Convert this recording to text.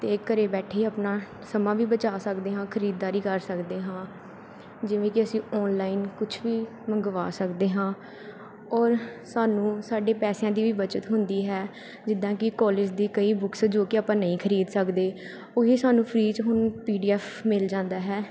ਅਤੇ ਘਰ ਬੈਠੇ ਹੀ ਆਪਣਾ ਸਮਾਂ ਵੀ ਬਚਾ ਸਕਦੇ ਹਾਂ ਖਰੀਦਦਾਰੀ ਕਰ ਸਕਦੇ ਹਾਂ ਜਿਵੇਂ ਕਿ ਅਸੀਂ ਔਨਲਾਈਨ ਕੁਛ ਵੀ ਮੰਗਵਾ ਸਕਦੇ ਹਾਂ ਔਰ ਸਾਨੂੰ ਸਾਡੇ ਪੈਸਿਆਂ ਦੀ ਵੀ ਬੱਚਤ ਹੁੰਦੀ ਹੈ ਜਿੱਦਾਂ ਕਿ ਕੋਲੇਜ ਦੀ ਕਈ ਬੁੱਕਸ ਜੋ ਕਿ ਆਪਾਂ ਨਹੀਂ ਖਰੀਦ ਸਕਦੇ ਉਹੀ ਸਾਨੂੰ ਫ੍ਰੀ 'ਚ ਹੁਣ ਪੀ ਡੀ ਐਫ ਮਿਲ ਜਾਂਦਾ ਹੈ